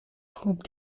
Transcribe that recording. groep